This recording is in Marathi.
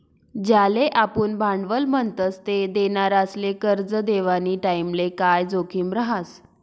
ज्याले आपुन भांडवल म्हणतस ते देनारासले करजं देवानी टाईमले काय जोखीम रहास